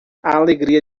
alegria